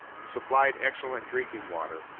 supplied excellent drinking water.